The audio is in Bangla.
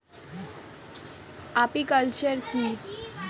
আপিকালচার কি?